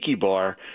bar